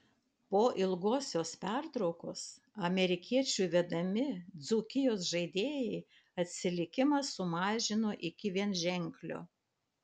po ilgosios pertraukos amerikiečių vedami dzūkijos žaidėjai atsilikimą sumažino iki vienženklio